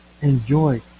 enjoy